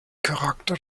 charakter